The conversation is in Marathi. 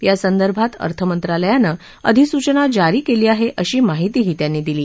यासंदर्भात अर्थमंत्रालयानं अधिसूचना जारी केली आहे अशी माहितीही त्यांनी दिली